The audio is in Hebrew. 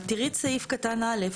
אבל תראי את סעיף קטן (א).